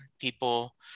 people